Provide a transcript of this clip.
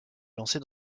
lancer